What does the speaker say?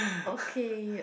okay